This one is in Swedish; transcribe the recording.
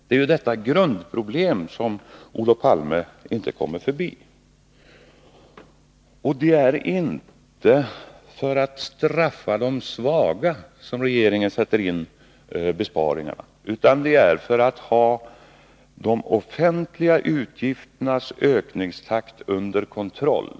Det är detta grundproblem som Olof Palme inte kommer förbi. Det är inte för att straffa de svaga som regeringen sätter in besparingarna utan det är för att ha de offentliga utgifternas ökningstakt under kontroll.